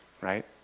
right